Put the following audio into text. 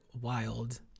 wild